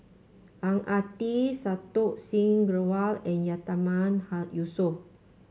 Ang Ah Tee Santokh Singh Grewal and Yatiman Yusof